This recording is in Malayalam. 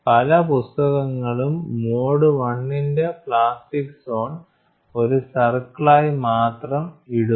പല പുസ്തകങ്ങളും മോഡ് I ന്റെ പ്ലാസ്റ്റിക് സോൺ ഒരു സർക്കിളായി മാത്രം ഇടുന്നു